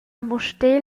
mustér